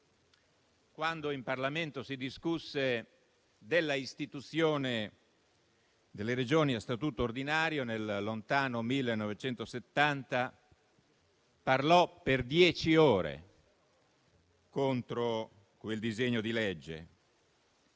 quando in Parlamento si discusse dell'istituzione delle Regioni a statuto ordinario, nel lontano 1970, parlò per dieci ore contro quel disegno di legge,